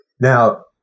Now